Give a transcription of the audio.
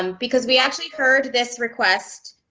um because we actually heard this request